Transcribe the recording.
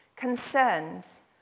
Concerns